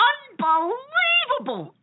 Unbelievable